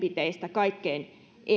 kaikkein